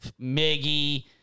Miggy